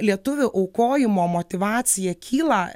lietuvių aukojimo motyvacija kyla